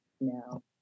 no